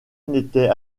n’était